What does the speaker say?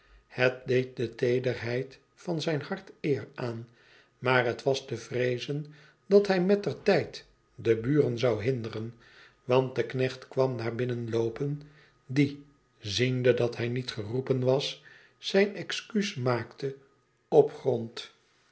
het deed de teederheid van zijn hart eer aan maar het was te vreezen dat hij mettertijd de buren zou hinderen want de knecht kwam naar binnenloopen die ziende dat hij niet geroepen was zijn excuus maakte op grond